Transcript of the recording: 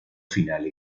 final